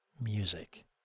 music